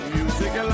Music